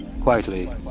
Quietly